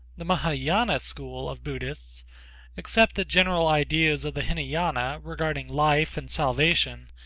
the mahayana school of buddhists accept the general ideas of the hinayana regarding life and salvation,